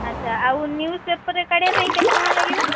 ଆଚ୍ଛା ଆଉ ନିଉଜ୍ ପେପର୍ରେ କାଢ଼ିବା ପାଇଁ କେତେ ଟଙ୍କା ଲାଗିବ